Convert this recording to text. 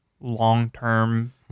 long-term